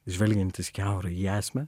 žvelgiantis kiaurai į esmę